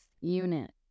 unit